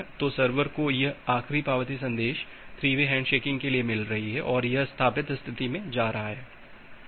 तो सर्वर को यह आखरी पावती संदेश 3 वे हैण्डशेकिंग के लिए मिल रही है और यह स्थापित स्थिति में जा रहा है